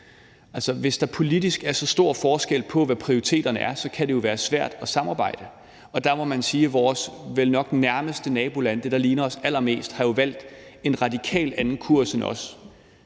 hvis der politisk er så stor forskel på, hvad prioriteterne er, kan det jo være svært at samarbejde. Og der må man sige, at vores vel nok nærmeste naboland, det, der ligner os allermest, jo har valgt en radikalt anden kurs end os